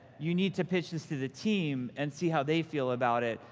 you need to pitch this to the team and see how they feel about it.